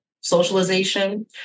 socialization